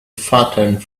flattened